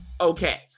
Okay